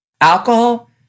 Alcohol